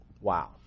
Wow